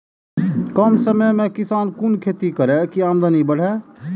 कम समय में किसान कुन खैती करै की आमदनी बढ़े?